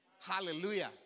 Hallelujah